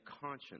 conscience